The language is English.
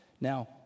Now